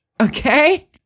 Okay